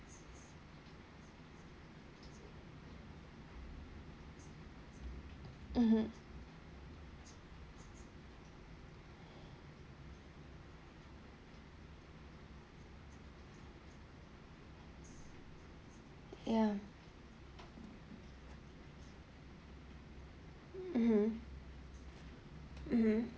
mmhmm ya mmhmm mmhmm